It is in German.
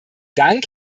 dank